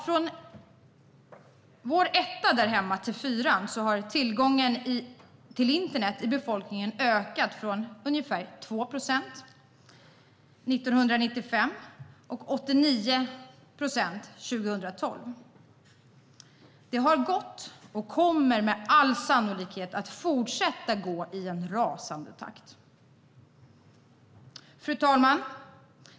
Från att vårt första barn föddes och fram till att det fjärde föddes har tillgången till internet i befolkningen ökat från ungefär 2 procent 1995 till 89 procent 2012. Det har gått, och kommer med all sannolikhet att fortsätta gå, i en rasande takt. Fru talman!